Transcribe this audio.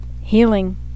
healing